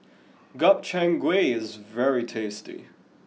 Gobchang Gui is very tasty